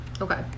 okay